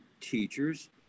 teachers